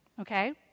okay